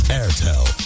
Airtel